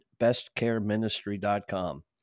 bestcareministry.com